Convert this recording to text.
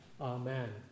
Amen